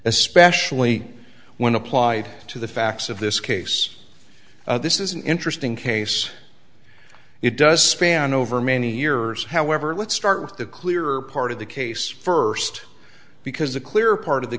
especially when applied to the facts of this case this is an interesting case it does span over many years however let's start with the clearer part of the case first because the clear part of the